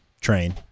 train